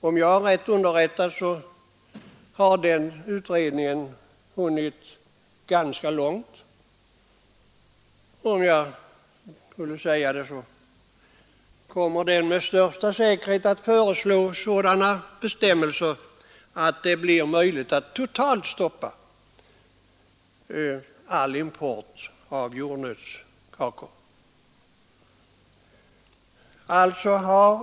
Om jag är rätt underrättad har denna utredning hunnit ganska långt, och den kommer med största säkerhet att föreslå sådana bestämmelser att det blir möjligt att totalt stoppa all import av jordnötskakor.